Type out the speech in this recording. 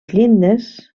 llindes